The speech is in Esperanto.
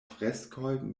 freskoj